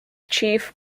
chief